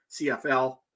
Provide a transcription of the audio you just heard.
CFL